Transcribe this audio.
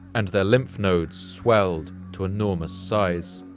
and their lymph nodes swelled to enormous size.